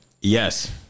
yes